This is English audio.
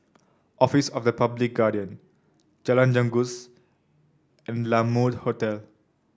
office of the Public Guardian Jalan Janggus and La Mode Hotel